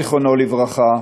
זיכרונו לברכה,